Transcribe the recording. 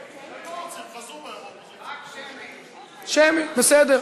רק שמית, שיזכרו כולם, שמית, בסדר.